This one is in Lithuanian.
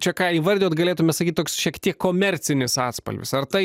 čia ką įvardijot galėtumėme sakyt toks šiek tiek komercinis atspalvis ar tai